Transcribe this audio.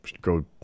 go